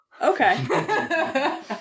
Okay